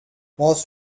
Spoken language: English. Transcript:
most